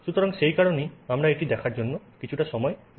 সুতরাং সেই কারণেই আমরা এটি দেখার জন্য কিছুটা সময় ব্যয় করব